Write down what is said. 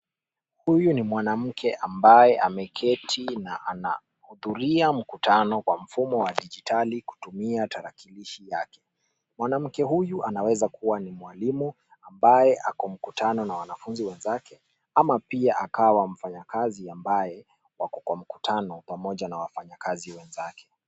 Huyu ni mwanamke ambaye ameketi na anahudhuria mkutano kwa mfumo wa dijitali, akitumia tarakilishi yake. Mwanamke huyu anaweza kuwa ni mwalimu ambaye yuko kwenye mkutano na wanafunzi wenzake, au pia akawa mfanyakazi ambaye yuko kwenye mkutano pamoja na wafanyakazi wenzake.